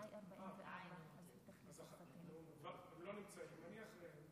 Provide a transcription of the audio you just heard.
בבקשה, חברת הכנסת מאי גולן.